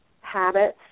habits